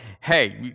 hey